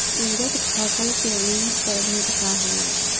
उरद फसल के उन्नत प्रभेद का होला?